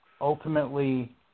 Ultimately